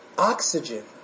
Oxygen